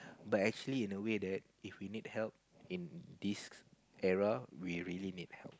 but actually in a way that if we need help in this area we really need help